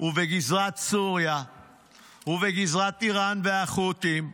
בגזרת סוריה ובגזרת איראן והחות'ים.